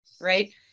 right